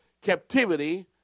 captivity